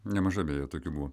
nemažai beje tokių buvo